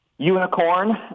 Unicorn